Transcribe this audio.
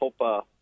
Hope